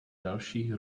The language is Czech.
dalších